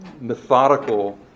methodical